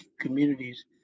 communities